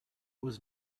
was